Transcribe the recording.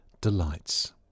delights